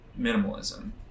minimalism